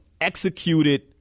executed